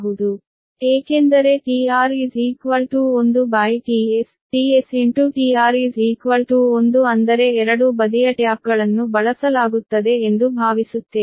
ಏಕೆಂದರೆ tR1tS ನಾವು tStR1 ಅಂದರೆ ಎರಡೂ ಬದಿಯ ಟ್ಯಾಪ್ಗಳನ್ನು ಬಳಸಲಾಗುತ್ತದೆ ಎಂದು ಭಾವಿಸುತ್ತೇವೆ